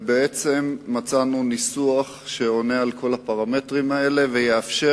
מצאנו ניסוח שעונה על כל הפרמטרים האלה ויאפשר